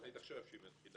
תוכנית שמתחילה,